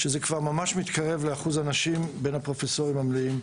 שזה כבר ממש מתקרב לאחוז הנשים בין הפרופסורים המלאים.